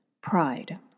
pride